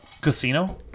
Casino